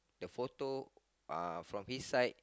the photo uh from each side